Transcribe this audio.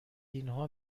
اینها